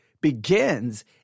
begins